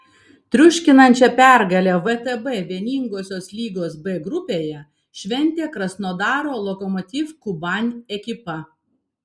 triuškinančią pergalę vtb vieningosios lygos b grupėje šventė krasnodaro lokomotiv kuban ekipa